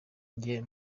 njye